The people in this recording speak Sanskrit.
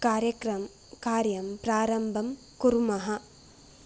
कार्यक्रमं कार्यं प्रारम्भं कुर्मः